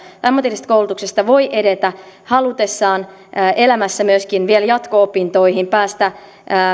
ammatillisesta koulutuksesta voi edetä halutessaan elämässä myöskin vielä jatko opintoihin päästä